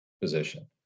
position